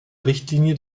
richtlinie